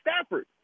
Stafford